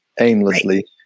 aimlessly